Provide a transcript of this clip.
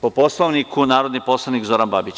Po Poslovniku, narodni poslanik Zoran Babić.